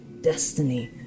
destiny